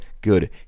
Good